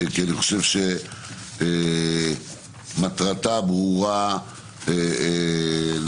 כי אני חושב שמטרתה ברורה לכולם.